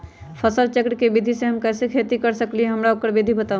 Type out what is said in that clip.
फसल चक्र के विधि से हम कैसे खेती कर सकलि ह हमरा ओकर विधि बताउ?